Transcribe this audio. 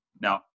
Now